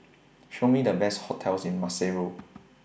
Show Me The Best hotels in Maseru